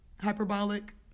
hyperbolic